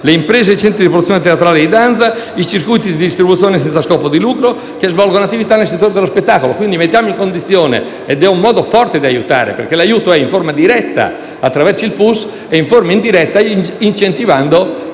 alle imprese e ai centri di produzione teatrale di danza, ai circuiti di distribuzione senza scopo di lucro che svolgono attività nel settore dello spettacolo. È un modo forte di aiutare perché l'aiuto è in forma diretta attraverso il FUS e in forma indiretta incentivando